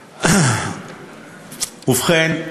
ובכן,